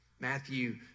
Matthew